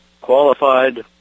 qualified